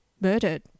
murdered